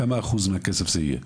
כמה אחוז מהכסף זה יהיה?